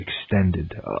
extended